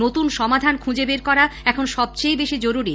নতুন সমাধান খুঁজে বের করা এখন সবচেয়ে জরুরি